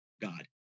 God